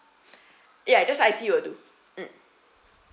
ya just I_C will do mm